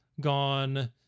gone